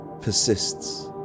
persists